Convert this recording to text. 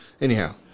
Anyhow